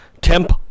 Temp